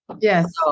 Yes